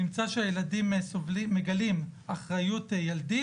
נמצא שהילדים מגלים אחריות ילדית,